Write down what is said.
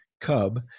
cub